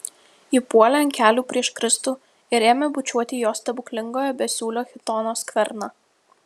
ji puolė ant kelių prieš kristų ir ėmė bučiuoti jo stebuklingojo besiūlio chitono skverną